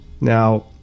now